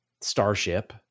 Starship